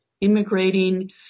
immigrating